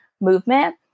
movement